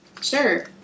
Sure